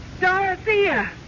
Dorothea